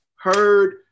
heard